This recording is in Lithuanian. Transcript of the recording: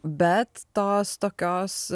bet tos tokios